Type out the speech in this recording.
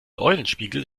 eulenspiegel